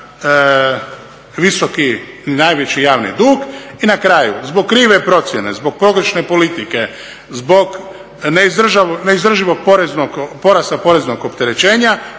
visoki i najveći javni dug. I na kraju zbog krive procjene, zbog pogrešne politike zbog neizdrživog porasta poreznog opterećenja,